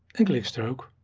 and click stroke.